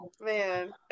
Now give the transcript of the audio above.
Man